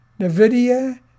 NVIDIA